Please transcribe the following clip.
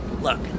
Look